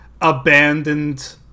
abandoned